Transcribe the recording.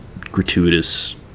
gratuitous